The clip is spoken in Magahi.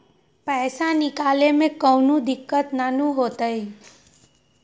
पईसा निकले में कउनो दिक़्क़त नानू न होताई?